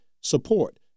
support